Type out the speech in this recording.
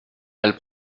elle